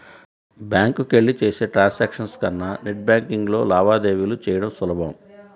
బ్యాంకులకెళ్ళి చేసే ట్రాన్సాక్షన్స్ కన్నా నెట్ బ్యేన్కింగ్లో లావాదేవీలు చెయ్యడం సులభం